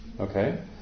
Okay